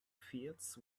feats